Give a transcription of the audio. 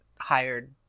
hired